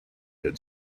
had